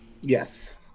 yes